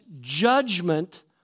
judgment